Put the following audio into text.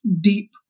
deep